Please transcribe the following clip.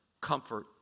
comfort